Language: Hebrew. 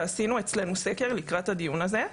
ועשינו אצנו סקר לקראת הדיון הזה.